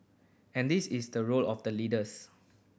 and this is the role of the leaders